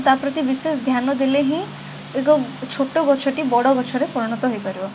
ତା ପ୍ରତି ବିଶେଷଧ୍ୟାନ ଦେଲେ ହିଁ ଏକ ଛୋଟ ଗଛଟି ବଡ଼ଗଛରେ ପରିଣତ ହେଇପାରିବ